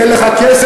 יהיה לך כסף,